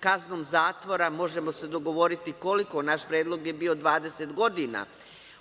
kaznom zatvora, možemo se dogovoriti koliko, naš predlog je bio 20 godina,